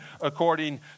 according